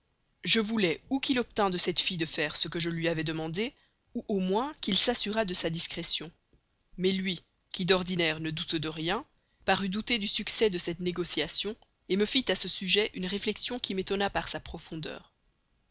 je voulais ou qu'il obtînt de cette fille de faire ce que je lui avais demandé ou au moins qu'il s'assurât de sa discrétion mais lui qui d'ordinaire ne doute de rien parut douter du succès de cette négociation me fit à ce sujet une réflexion qui m'étonna par sa profondeur